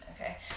Okay